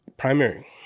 Primary